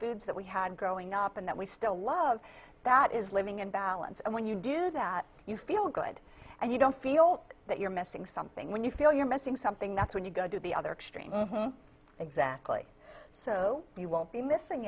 foods that we had growing up and that we still love that is living in balance and when you do that you feel good and you don't feel that you're missing something when you feel you're missing something that's when you go to the other extreme exactly so you won't be missing